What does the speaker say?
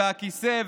הכיסא,